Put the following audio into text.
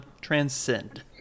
Transcend